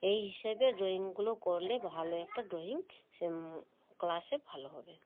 এই হিসেবে ড্রয়িংগুলো করলে ভালো একটা ড্রয়িং ক্লাসে ভালো হবে